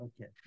Okay